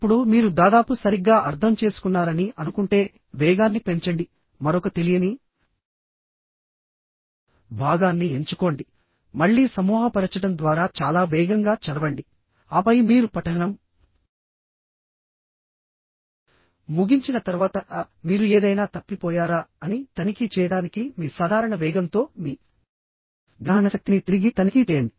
ఇప్పుడుమీరు దాదాపు సరిగ్గా అర్థం చేసుకున్నారని అనుకుంటే వేగాన్ని పెంచండి మరొక తెలియని భాగాన్ని ఎంచుకోండి మళ్ళీ సమూహపరచడం ద్వారా చాలా వేగంగా చదవండి ఆపై మీరు పఠనం ముగించిన తర్వాత మీరు ఏదైనా తప్పిపోయారా అని తనిఖీ చేయడానికి మీ సాధారణ వేగంతో మీ గ్రహణశక్తిని తిరిగి తనిఖీ చేయండి